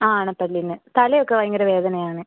ആ അണപ്പല്ലിന് തലയൊക്കെ ഭയങ്കര വേദനയാണ്